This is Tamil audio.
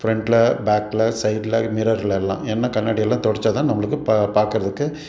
ஃப்ரண்டில் பேக்கில் சைடில் மிரர்லெலாம் என்ன கண்ணாடியெல்லாம் தொடைச்சா தான் நம்மளுக்கு ப பார்க்குறதுக்கு